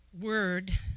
word